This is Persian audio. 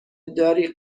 داری